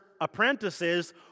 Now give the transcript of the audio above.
apprentices